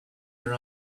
your